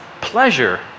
pleasure